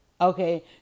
Okay